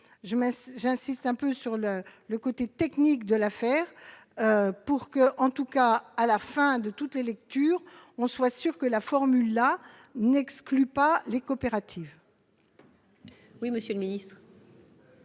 j'insiste un peu sur le le côté technique de l'affaire pour que, en tout cas à la fin de toutes les lectures on soit sûr que la formule la n'exclut pas les coopératives. Oui, monsieur le ministre.